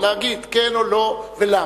להגיד כן או לא ולמה.